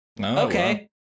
Okay